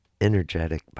energetic